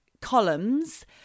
columns –